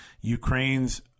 Ukraine's